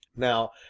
now,